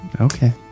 Okay